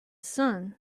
sun